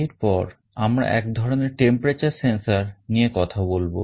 এর পর আমরা এক ধরনের temperature sensor নিয়ে কথা বলবো